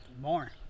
more